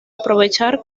aprovechar